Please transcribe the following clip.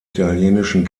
italienischen